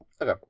okay